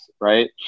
right